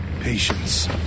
Patience